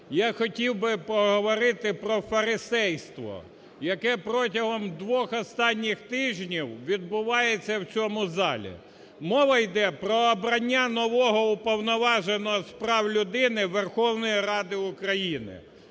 я хотів би поговорити про фарисейство, яке протягом двох останніх тижнів відбувається у цьому залі. Мова йде про обрання нового Уповноваженого з прав людини Верховної Ради України.